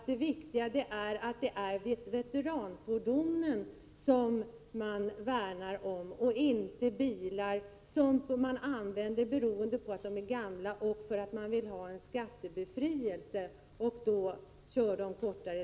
Det viktiga är att värna om veteranfordonen och inte gamla bilar som man använder just därför att de är gamla och därför att man vill ha en skattebefrielse.